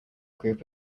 group